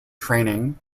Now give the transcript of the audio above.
training